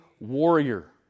warrior